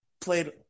played